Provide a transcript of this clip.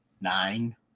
Nine